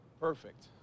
Perfect